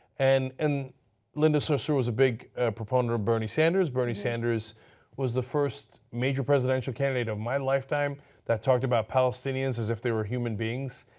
and and linda so so was a big proponent of bernie sanders, bernie sanders was the first major yeah candidate of my lifetime that talked about palestinians as if they were human beings,